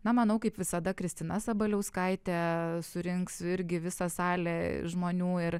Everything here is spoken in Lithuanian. na manau kaip visada kristina sabaliauskaitė surinks irgi visą salę žmonių ir